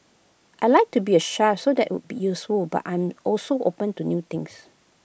I'd like to be A chef so that would be useful but I'm also open to new things